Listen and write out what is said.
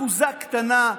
אחוזה קטנה,